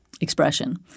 expression